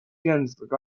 电子